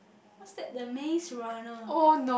what's that the-Maze-Runner